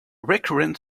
recurrent